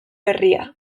herria